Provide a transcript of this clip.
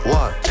one